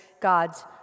God's